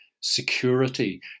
security